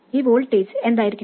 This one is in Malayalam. ഈ വോൾട്ടേജ് എന്തായിരിക്കണം